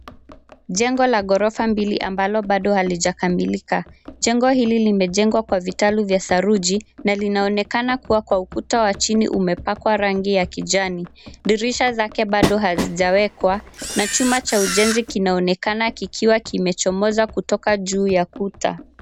Jengo la ghorofa mbili ambalo bado halijakamilika. Jengo hili limejengwa kwa vitalu vya saruji na linaonekana kuwa ukuta wa chini umepakwa rangi ya kijani. Dirisha zake bado hajizawekwa na chuma cha ujenzi kinaonekana kikiwa kimechomoza kutoka juu ya ukuta.